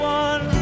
one